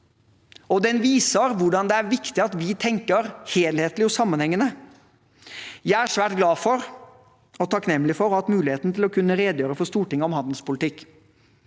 den viser at det er viktig at vi tenker helhetlig og sammenhengende. Jeg er svært glad og takknemlig for å ha hatt muligheten til å kunne redegjøre for Stortinget om handelspolitikk.